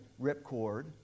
ripcord